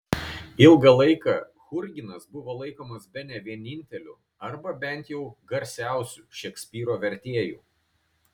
ilgą laiką churginas buvo laikomas bene vieninteliu arba bent jau garsiausiu šekspyro vertėju